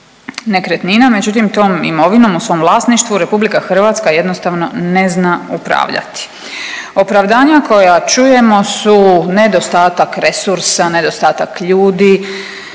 nekretnina. Međutim, tom imovinom u svom vlasništvu Republika Hrvatska jednostavno ne zna upravljati. Opravdanja koja čujemo su nedostatak resursa, nedostatak ljudi,